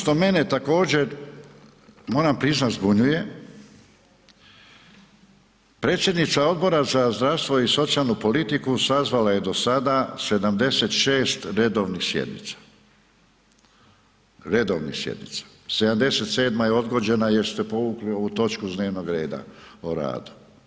Ono što mene također moram priznati zbunjuje, predsjednica Odbora za zdravstvo i socijalnu politiku sazvala je do sada 76. redovnih sjednica, redovnih sjednica 77. je odgođena jer ste povukli ovu točku s dnevnog reda o radu.